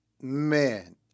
Man